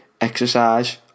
exercise